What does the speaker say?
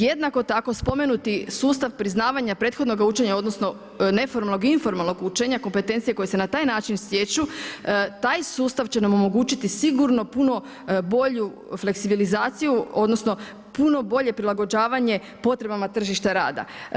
Jednako tako spomenuti sustav priznavanja prethodnoga učenja odnosno neformalnog informalnog učenja, kompetencije koje se na taj način stječu, taj sustav će nam omogućiti sigurno puno bolju fleksibilizaciju odnosno puno bolje prilagođavanje potrebama tržišta rada.